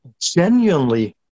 genuinely